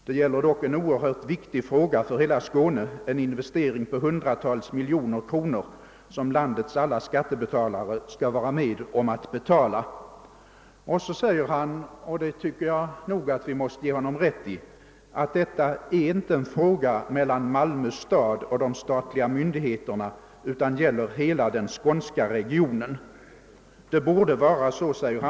Det gäller en oerhört viktig fråga, för hela Skåne, en investering på hundratals miljoner kronor som landets alla skattebetalare skall vara med om att betala.» Vidare framhåller han — och det tycker jag, att vi måste ge honom rätt i — »att det inte är en fråga mellan Malmö stad och de statliga myndigheterna utan gäller hela skånska regionen. Det borde vara så», säger han.